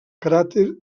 cràter